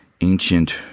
ancient